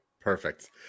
perfect